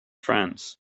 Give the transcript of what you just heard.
friends